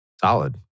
Solid